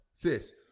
fist